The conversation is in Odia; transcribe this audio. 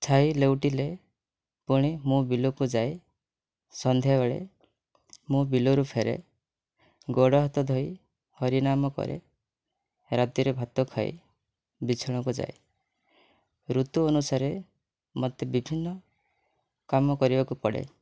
ଛାଇ ଲେଉଟିଲେ ପୁଣି ମୁଁ ବିଲକୁ ଯାଏ ସନ୍ଧ୍ୟାବେଳେ ମୁଁ ବିଲରୁ ଫେରେ ଗୋଡ଼ହାତ ଧୋଇ ହରିନାମ କରେ ରାତିରେ ଭାତ ଖାଇ ବିଛଣାକୁ ଯାଏ ଋତୁ ଅନୁସାରେ ମୋତେ ବିଭିନ୍ନ କାମ କରିବାକୁ ପଡ଼େ